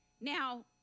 Now